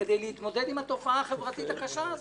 כדי להתמודד עם התופעה הקשה הזו,